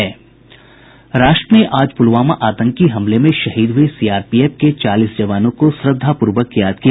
राष्ट्र ने आज पुलवामा आतंकी हमले में शहीद हुए सीआरपीएफ के चालीस जवानों को श्रद्धापूर्वक याद किया